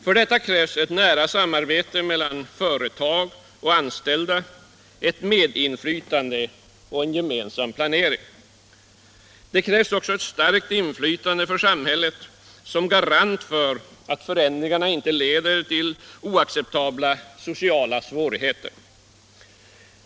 För detta krävs ett nära samarbete mellan företag och anställda, ett medinflytande och en gemensam planering. Det krävs också ett starkt inflytande för samhället som garant för att förändringarna inte leder till oacceptabla sociala svårigheter.